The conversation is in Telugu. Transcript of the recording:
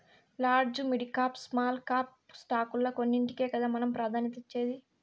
లాడ్జి, మిడికాప్, స్మాల్ కాప్ స్టాకుల్ల కొన్నింటికే కదా మనం ప్రాధాన్యతనిచ్చేది